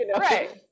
right